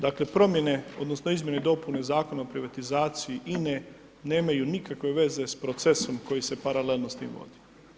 Dakle promjene, odnosno, izmjene i dopune Zakona o privatizaciji INA-e nemaju nikakve veze s procesom koji se paralelno s tim vodi.